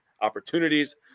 opportunities